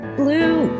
blue